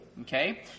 Okay